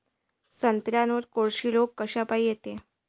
संत्र्यावर कोळशी रोग कायच्यापाई येते?